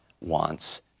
wants